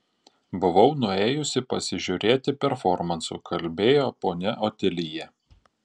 buvau nuėjusi pasižiūrėti performansų kalbėjo ponia otilija